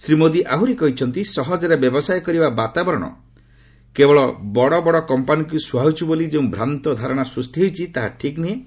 ଶ୍ରୀ ମୋଦି ଆହୁରି କହିଛନ୍ତି ସହଜରେ ବ୍ୟବସାୟ କରିବା ବାତାବରଣ କେବଳ ଯେ ବଡ ବଡ କମ୍ପାନୀକୁ ସ୍ୱହାଉଛି ବୋଲି ଯେଉଁ ଭ୍ରାନ୍ତ ଧାରଣା ସୃଷ୍ଟି ହେଉଛି ତାହା ଠିକ୍ ନୁହେଁ